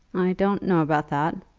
i don't know about that,